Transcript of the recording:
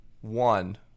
One